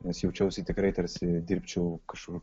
nes jaučiausi tikrai tarsi dirbčiau kažkur